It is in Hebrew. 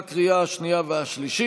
אסירים וכלואים) (תיקון),